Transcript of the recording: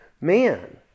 man